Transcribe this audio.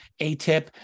ATIP